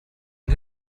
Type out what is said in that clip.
und